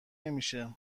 نمیشه